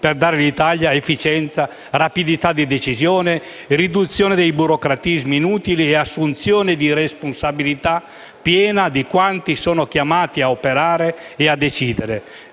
a dare all'Italia efficienza, rapidità di decisione, riduzione dei burocratismi inutili e assunzione di responsabilità piena di quanti sono chiamati ad operare e a decidere.